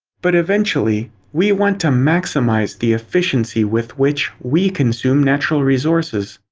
but eventually, we want to maximize the efficiency with which we consume natural resources.